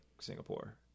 Singapore